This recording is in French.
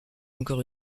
encore